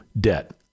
debt